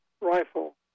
rifle